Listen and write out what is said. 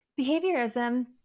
Behaviorism